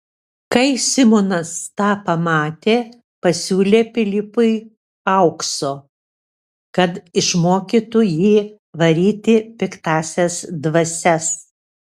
kai simonas tą pamatė pasiūlė pilypui aukso kad išmokytų jį varyti piktąsias dvasias